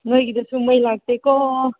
ꯅꯣꯏꯒꯤꯗꯁꯨ ꯃꯩ ꯂꯥꯛꯇꯦꯀꯣ